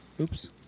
Oops